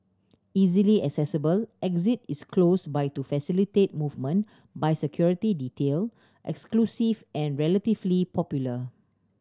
easily accessible exit is close by to facilitate movement by security detail exclusive and relatively popular